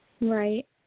Right